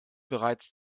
bereits